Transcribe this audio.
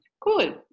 Cool